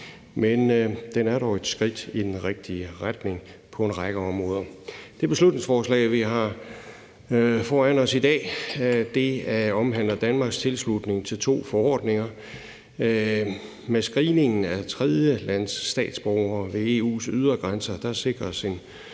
men den er dog et skridt i den rigtige retning på en række områder. Det beslutningsforslag, vi har foran os i dag, omhandler Danmarks tilslutning til to forordninger. Med screeningen af tredjelandsstatsborgere ved EU's ydre grænser sikres en